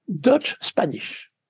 Dutch-Spanish